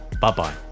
Bye-bye